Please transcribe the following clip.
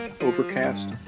Overcast